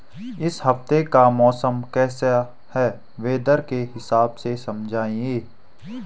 इस हफ्ते का मौसम कैसा है वेदर के हिसाब से समझाइए?